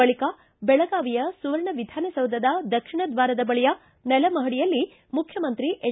ಬಳಿಕ ಬೆಳಗಾವಿಯ ಸುವರ್ಣ ವಿಧಾನಸೌಧದ ದಕ್ಷಿಣ ದ್ವಾರದ ಬಳಿಯ ನೆಲಮಪಡಿಯಲ್ಲಿ ಮುಖ್ಯಮಂತ್ರಿ ಎಚ್